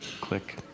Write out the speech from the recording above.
click